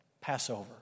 Passover